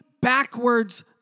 backwards